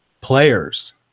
players